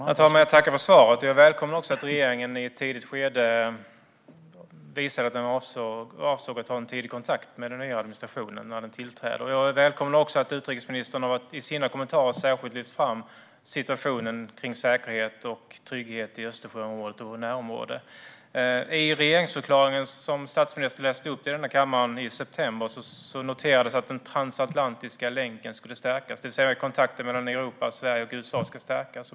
Herr talman! Jag tackar för svaret och välkomnar att regeringen avser att ta en tidig kontakt med den nya administrationen när den tillträder. Jag välkomnar också att utrikesministern i sina kommentarer särskilt har lyft fram situationen vad gäller säkerhet och trygghet i Östersjöområdet och vårt närområde. I regeringsförklaringen, som statsministern läste upp i kammaren i september, sas det att den transatlantiska länken, det vill säga kontakten mellan Sverige, Europa och USA, skulle stärkas.